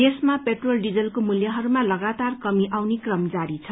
देशमा पेट्रोल डीजलको मूल्यहरूमा लगातार कमि आउने क्रम जारी छ